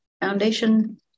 foundation